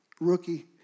rookie